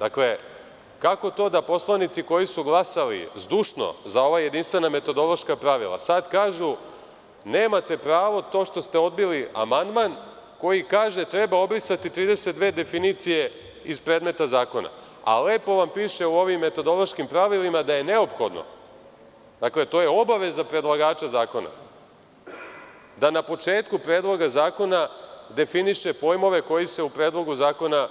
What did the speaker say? Dakle, kako to da poslanici koji su glasali zdušno za ova metodološka pravila sada kažu – nemate pravo što ste odbili amandman, koji kaže – treba obrisati 32 definicije iz predloga zakona, a lepo vam piše u ovim metodološkim pravilima da je neophodno, to je obaveza predlagača zakona, da na početku predloga zakona definiše pojmove koji se u predlogu zakona